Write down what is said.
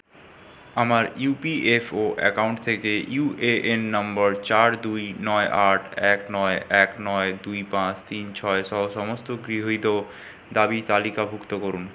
আমার U P F O account থেকে U A N number চার দুই নয় আট এক নয় এক নয় দুই পাঁচ তিন ছয় সহ সমস্ত গৃহীত দাবি তালিকাভুক্ত করুন